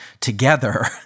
together